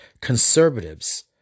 conservatives